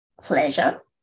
pleasure